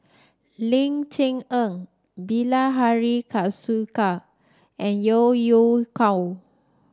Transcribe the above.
Ling Cher Eng Bilahari Kausikan and Yeo Yeow Kwang